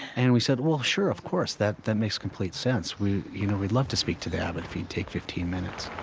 and we said, well, sure, of course, that that makes complete sense. you know, we'd love to speak to the abbot if he's take fifteen minutes